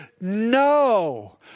no